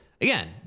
Again